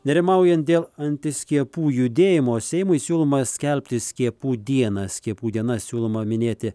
nerimaujant dėl antiskiepų judėjimo seimui siūloma skelbti skiepų dieną skiepų dieną siūloma minėti